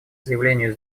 заявлению